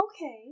Okay